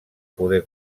poder